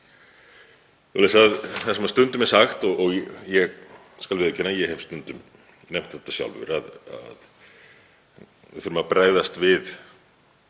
úr henni. Það sem stundum er sagt og ég skal viðurkenna að ég hef stundum nefnt þetta sjálfur, að við þurfum að bregðast við